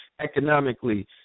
economically